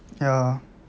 ya